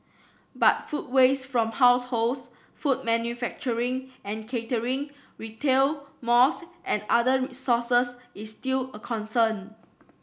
but food waste from households food manufacturing and catering retail malls and other sources is still a concern